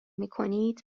میکنید